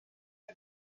que